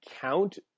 count